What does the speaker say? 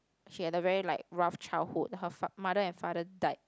she had a very like rough childhood her fa~ mother and father died